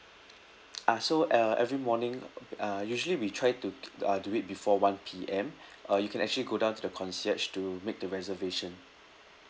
uh so uh every morning uh usually we try to uh do it before one P_M uh you can actually go down to the concierge to make the reservation